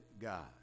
God